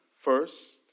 first